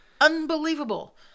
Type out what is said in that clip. unbelievable